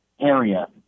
area